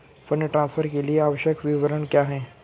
Fund transfer के लिए आवश्यक विवरण क्या हैं?